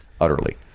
Utterly